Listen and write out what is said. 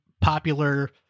popular